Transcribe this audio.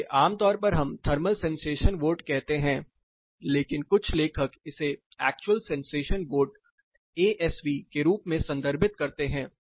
इसे आमतौर पर हम थर्मल सेंसेशन वोट कहते हैं लेकिन कुछ लेखक इसे एक्चुअल सेंसेशन वोट एएसवी के रूप में संदर्भित करते हैं